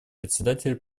председателя